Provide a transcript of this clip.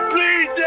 Please